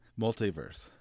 multiverse